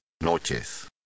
noches